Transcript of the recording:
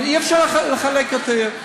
אבל אי-אפשר לחלק את העיר.